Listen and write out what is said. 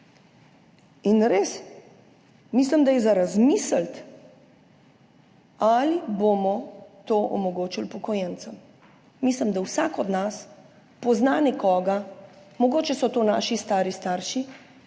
In res, mislim, da je za razmisliti, ali bomo to omogočili upokojencem. Mislim, da vsak od nas pozna nekoga, mogoče so to naši stari starši